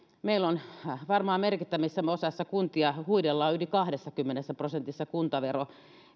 meillä varmaan merkittävässä osassa kuntia huitelee yli kahdessakymmenessä prosentissa kuntavero